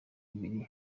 bibiri